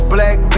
Black